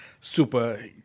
super